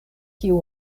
kiu